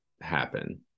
happen